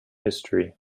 history